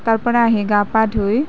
তাৰপৰা আহি গা পা ধুই